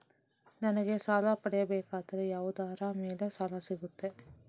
ನನಗೆ ಸಾಲ ಪಡೆಯಬೇಕಾದರೆ ಯಾವುದರ ಮೇಲೆ ಸಾಲ ಸಿಗುತ್ತೆ?